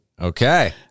Okay